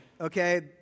okay